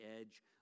edge